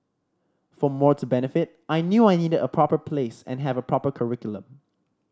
for more to benefit I knew I needed a proper place and have a proper curriculum